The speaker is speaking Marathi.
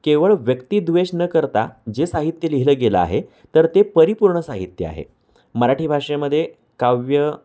केवळ व्यक्तिद्वेष न करता जे साहित्य लिहिलं गेलं आहे तर ते परिपूर्ण साहित्य आहे मराठी भाषेमध्ये काव्य